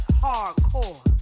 hardcore